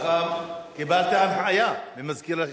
ככה קיבלתי הנחיה מסגן מזכיר הכנסת,